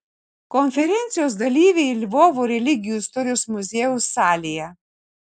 konferencijos dalyviai lvovo religijų istorijos muziejaus salėje